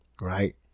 Right